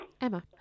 Emma